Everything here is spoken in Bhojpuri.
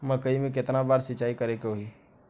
मकई में केतना बार सिंचाई करे के होई?